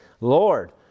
Lord